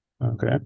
Okay